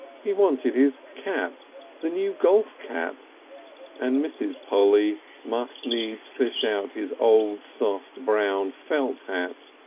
he wanted his cap the new golf cap and mrs. polly must needs fish out his old soft brown felt hat.